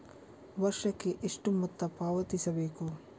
ವರ್ಷಕ್ಕೆ ಎಷ್ಟು ಮೊತ್ತ ಪಾವತಿಸಬೇಕು?